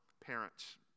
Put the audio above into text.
parents